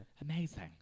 Amazing